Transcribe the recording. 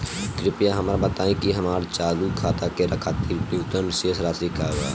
कृपया हमरा बताइ कि हमार चालू खाता के खातिर न्यूनतम शेष राशि का बा